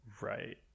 right